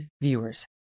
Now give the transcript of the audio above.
viewers